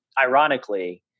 Ironically